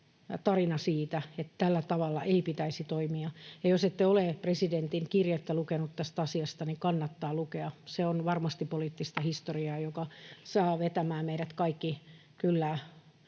tarina siitä, että tällä tavalla ei pitäisi toimia. Jos ette ole presidentin kirjettä lukeneet tästä asiasta, niin kannattaa lukea. Se on varmasti poliittista historiaa, joka saa meidät kaikki